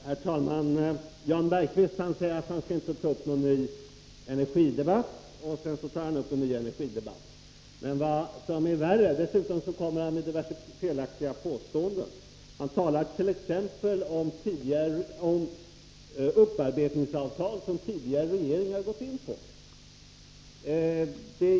Herr talman! Jan Bergqvist säger att han inte skall ta upp någon ny energidebatt — och sedan gör han det. Vad som är värre är att han dessutom gör en mängd felaktiga påståenden. Han har talat t.ex. om upparbetningsavtal som tidigare regeringar har gått med på.